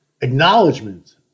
acknowledgement